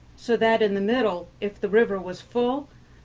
so that in the middle, if the river was full,